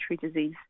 disease